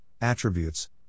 attributes